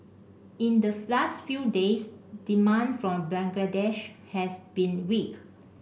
in the last few days demand from Bangladesh has been weak